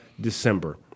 December